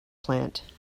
plant